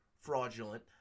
fraudulent